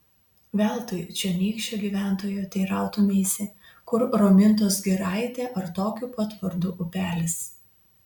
veltui čionykščio gyventojo teirautumeisi kur romintos giraitė ar tokiu pat vardu upelis